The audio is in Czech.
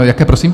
Jaké prosím?